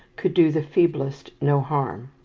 could do the feeblest no harm.